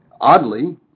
oddly